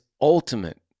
ultimate